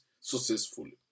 successfully